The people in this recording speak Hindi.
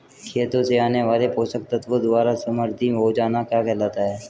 खेतों से आने वाले पोषक तत्वों द्वारा समृद्धि हो जाना क्या कहलाता है?